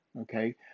okay